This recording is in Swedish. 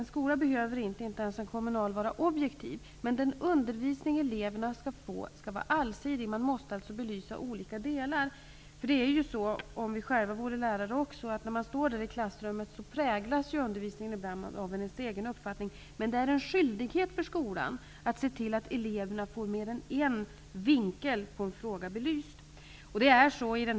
En skola behöver inte -- inte ens en kommunal skola -- vara objektiv, men den undervisning som eleverna får skall vara allsidig. Man måste alltså ge frågorna en belysning från olika håll. När man agerar som lärare i klassrummet -- det skulle gälla också om vi själva var lärare -- präglas undervisningen ibland av ens egen uppfattning. Men det är en skyldighet för skolan att se till att eleverna får en fråga belyst i mer än en vinkel.